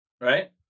right